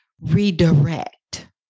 redirect